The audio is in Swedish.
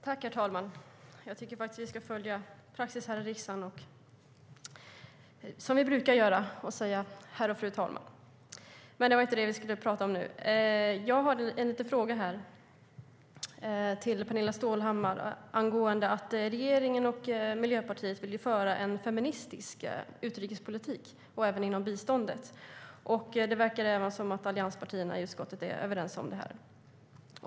Herr talman! Jag tycker faktiskt att vi ska följa praxis i riksdagen och säga herr och fru talman. Men det var inte det vi skulle prata om nu. Jag har en fråga till Pernilla Stålhammar. Regeringen och Miljöpartiet vill föra en feministisk utrikespolitik, även inom området biståndet. Det verkar som att även allianspartierna i utskottet är överens.